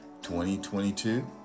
2022